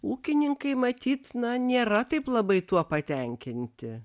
ūkininkai matyt na nėra taip labai tuo patenkinti